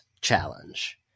challenge